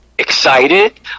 excited